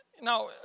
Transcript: Now